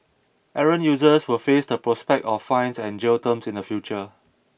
errant users will face the prospect of fines and jail terms in the future